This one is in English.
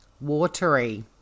watery